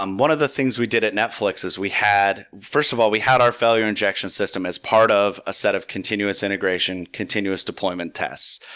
um one of the things we did at netflix is we had first of all, we had our failure injection system as part of a set of continuous integration, continuous deployment test.